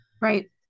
right